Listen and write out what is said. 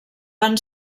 van